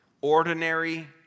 ordinary